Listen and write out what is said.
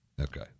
Okay